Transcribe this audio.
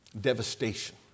devastation